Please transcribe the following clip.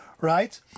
right